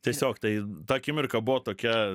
tiesiog tai ta akimirka buvo tokia